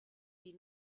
die